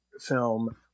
film